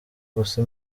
gusa